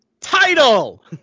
Title